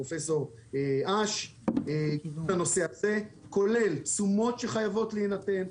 הפרופסור עש בנושא הזה וזה כולל תשומות שחייבות להינתן,